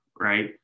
Right